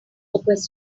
questioning